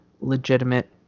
legitimate